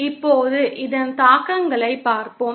இப்போது இதன் தாக்கங்களைப் பார்ப்போம்